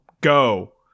go